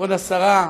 כבוד השרה,